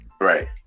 right